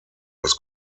das